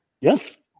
Yes